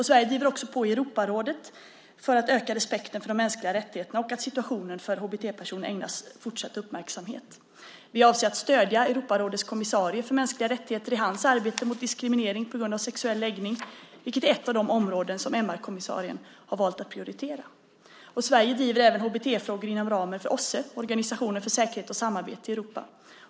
Sverige driver också på i Europarådet för att öka respekten för de mänskliga rättigheterna och för att situationen för HBT-personer ägnas fortsatt uppmärksamhet. Vi avser att stödja Europarådets kommissarie för mänskliga rättigheter i hans arbete mot diskriminering på grund av sexuell läggning, vilket är ett av de områden som MR-kommissarien har valt att prioritera. Sverige driver även HBT-frågor inom ramen för OSSE, Organisationen för säkerhet och samarbete i Europa.